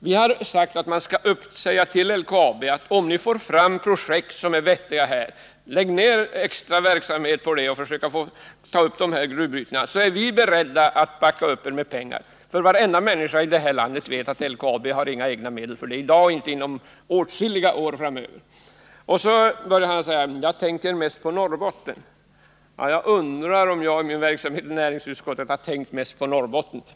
Vi vill att man skall säga till LKAB: Om ni får fram projekt som är vettiga, lägg då ner extra verksamhet på dem och försök att ta upp gruvbrytning, så är vi beredda att backa upp er med pengar. Varenda människa i det här landet vet att LKAB har inga medel för det i dag och inte inom åtskilliga år framöver. Karl Björzén säger att jag tänker mest på Norrbotten. Jag undrar om jag i min verksamhet i näringsutskottet har tänkt mest på Norrbotten.